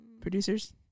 producers